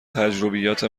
تجربیات